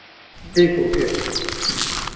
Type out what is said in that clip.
ठीक ओके